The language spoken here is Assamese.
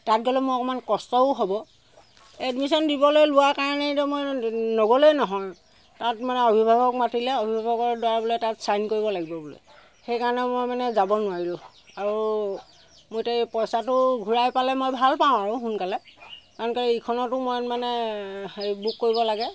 তাত গ'লে মোৰ অকণমান কষ্টও হ'ব এডমিশ্যন দিবলৈ লোৱা কাৰণেতো মই নগ'লে নহয় তাত মানে অভিভাৱক মাতিলে অভিভাৱকৰ দ্বাৰা বোলে তাত ছাইন কৰিব লাগিব বোলে সেইকাৰণে মই মানে যাব নোৱাৰিলোঁ আৰু মোৰ এতিয়া এই পইচাটো ঘূৰাই পালে মই ভাল পাওঁ আৰু সোনকালে কাৰণ কিয় ইখনতো মই মানে হেৰি বুক কৰিব লাগে